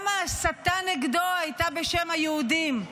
גם ההסתה נגדו הייתה בשם היהודים.